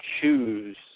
choose